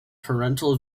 parental